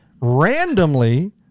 randomly